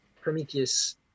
Prometheus